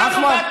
אחמד,